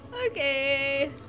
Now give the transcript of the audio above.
Okay